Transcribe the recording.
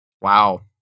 Wow